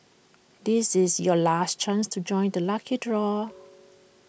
this is your last chance to join the lucky draw